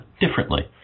differently